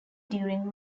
during